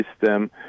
system